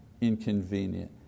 inconvenient